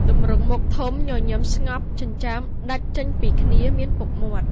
ទម្រង់មុខធំ ញញឹមស្ងប់ ចិញ្ចើមដាច់ចេញពីគ្នា មានពុកមាត់។